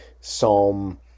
Psalm